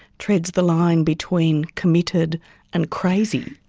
treads the line between committed and crazy.